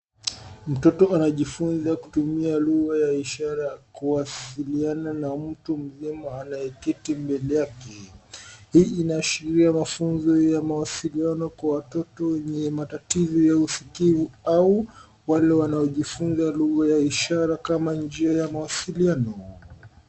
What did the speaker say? Mtoto anajifunza kutumia lugha ya ishara ya kuwasiliana na mtu mzima anayeketi mbele yake. Hii inaashiria mafunzo ya mawasiliano Kwa watoto wenye matatizo ya usikivu au wale wanaojifunza lugha ya ishara kama njia ya mawasiliano.